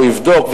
ו"הוא יבדוק",